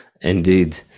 indeed